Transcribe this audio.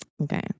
Okay